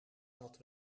dat